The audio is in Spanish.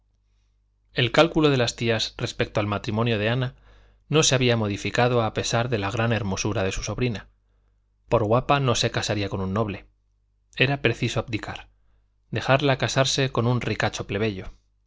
el cálculo de las tías respecto al matrimonio de ana no se había modificado a pesar de la gran hermosura de su sobrina por guapa no se casaría con un noble era preciso abdicar dejarla casarse con un ricacho plebeyo